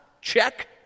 check